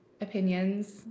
opinions